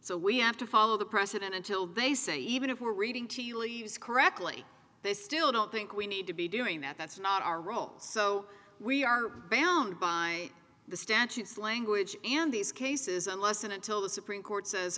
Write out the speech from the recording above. so we have to follow the precedent until they say even if we're reading tea leaves correctly they still don't think we need to be doing that that's not our role so we are bound by the statutes language and these cases unless and until the supreme court says